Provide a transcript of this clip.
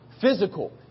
physical